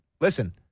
Listen